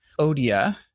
Odia